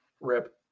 Rip